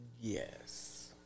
Yes